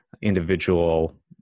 individual